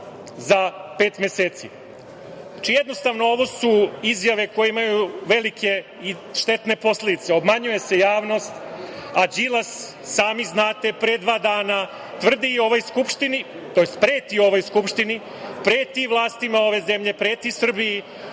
za pet meseci. Znači, jednostavno, ovo su izjave koje imaju velike i štetne posledice, obmanjuje se javnost, a Đilas, sami znate, pre dva dana tvrdi i ovoj Skupštini, tj. preti ovoj Skupštini, preti i vlastima ove zemlje, preti Srbiji